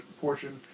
portion